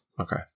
Okay